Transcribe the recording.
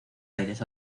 aires